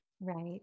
right